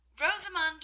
Rosamund